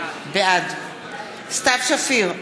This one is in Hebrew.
בעד סתיו שפיר,